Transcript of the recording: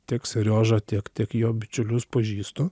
tiek seriožą tiek tiek jo bičiulius pažįstu